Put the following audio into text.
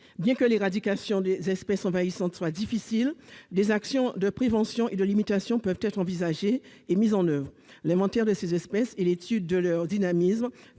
Bien que l'éradication des espèces envahissantes soit difficile, des actions de prévention et de limitation peuvent être envisagées et mises en oeuvre. L'inventaire de ces espèces et l'étude de leur dynamique